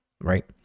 right